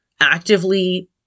actively